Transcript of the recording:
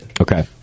Okay